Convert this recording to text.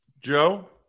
Joe